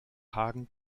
hagen